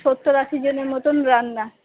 সত্তর আশিজনের মতন রান্না